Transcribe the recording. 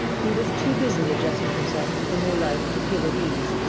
he was too busy adjusting himself to the new life to feel at ease,